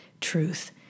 truth